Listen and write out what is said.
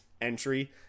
entry